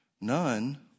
None